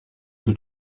più